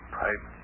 pipe